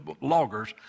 loggers